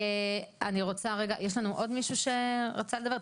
אני רוצה רגע, יש לנו פה עוד מישהו שרוצה לדבר?